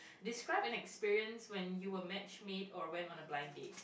describe an experience when you were match meet or went on a blinding dates